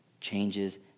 changes